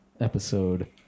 episode